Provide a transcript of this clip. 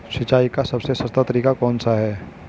सिंचाई का सबसे सस्ता तरीका कौन सा है?